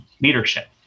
leadership